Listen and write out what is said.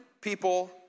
people